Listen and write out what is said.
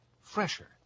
fresher